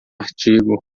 artigo